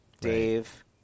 Dave